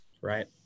Right